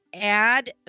add